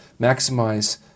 maximize